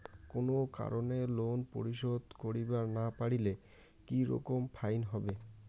কোনো কারণে লোন পরিশোধ করিবার না পারিলে কি রকম ফাইন হবে?